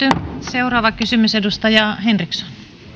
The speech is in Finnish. seuraava kysymys edustaja henriksson